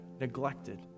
neglected